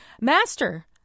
Master